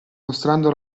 mostrando